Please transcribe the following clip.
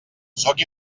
sóc